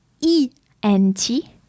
E-N-T